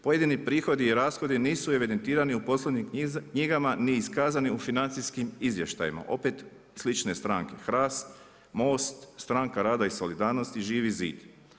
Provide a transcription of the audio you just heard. Pojedini prihodi i rashodi nisu evidentirani u poslovnim knjigama ni iskazani u financijskim izvještajima, opet slične stranke HRAST, Most, Stranka rada i solidarnosti, Živi zid.